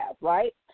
right